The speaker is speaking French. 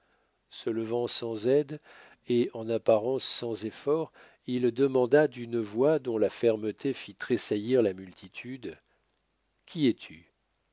se levant sans aide et en apparence sans effort il demanda d'une voix dont la fermeté fit tressaillir la multitude qui es-tu